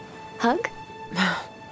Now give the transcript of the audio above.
Hug